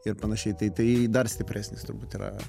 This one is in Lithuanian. ir panašiai tai tai dar stipresnis turbūt yra